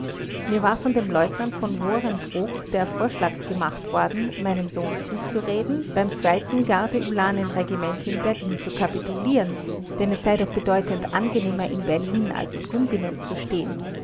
mir war von dem leutnant v wohrenbruch der vorschlag gemacht worden meinem sohn zuzureden beim zweiten gardeulanenregiment in berlin zu kapitulieren denn es sei doch bedeutend angenehmer in berlin als in gumbinnen zu stehen